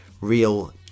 real